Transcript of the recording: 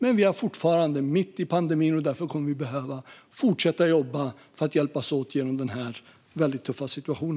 Men vi är fortfarande mitt i pandemin, och därför kommer vi att behöva fortsätta att jobba för att hjälpas åt genom denna tuffa situation.